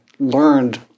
learned